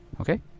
Okay